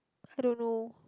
I don't know